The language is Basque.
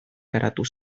garatu